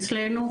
אצלנו,